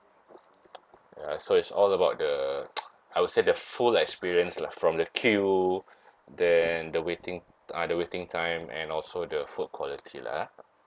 ya so it's all about the I would say the full experience lah from the queue then the waiting ah the waiting time and also the food quality lah ah